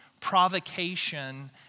provocation